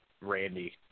Randy